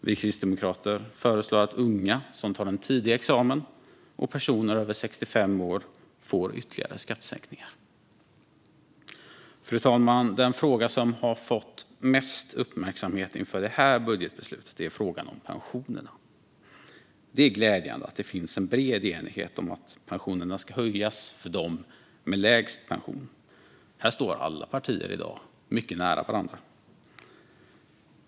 Vi kristdemokrater föreslår att unga som tar en tidig examen och personer över 65 år får ytterligare skattesänkningar. Fru talman! Den fråga som har fått mest uppmärksamhet inför det här budgetbeslutet är frågan om pensionerna. Det är glädjande att det finns en bred enighet om att pensionerna ska höjas för dem med lägst pension. Här står alla partier i dag mycket nära varandra.